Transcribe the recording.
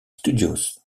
studios